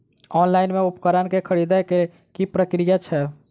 Online मे उपकरण केँ खरीदय केँ की प्रक्रिया छै?